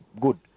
good